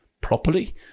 properly